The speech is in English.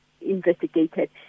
investigated